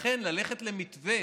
לכן, מתווה